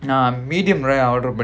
ah medium rare